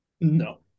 No